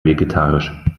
vegetarisch